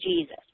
Jesus